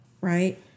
right